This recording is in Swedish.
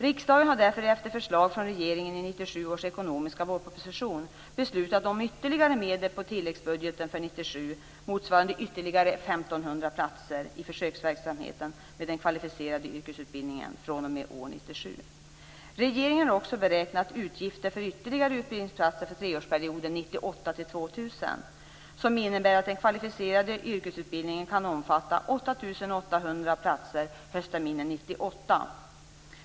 Riksdagen har därför efter förslag från regeringen i 1997 års ekonomiska vårproposition beslutat om ytterligare medel i tilläggsbudgeten för år 1997 motsvarande ytterligare Regeringen har också beräknat utgifter för ytterligare utbildningsplatser för treårsperioden 1998-2000 som innebär att den kvalificerade yrkesutbildningen kan omfatta 8 800 platser höstterminen 1998.